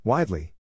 Widely